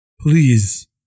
please